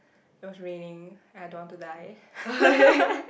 it was raining and I don't want to die